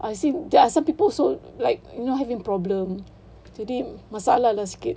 I see there are some people also like you know having problem jadi masalah lah sikit